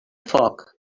foc